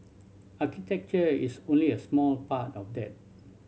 architecture is only a small part of that